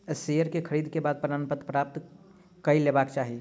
share के खरीद के बाद प्रमाणपत्र प्राप्त कय लेबाक चाही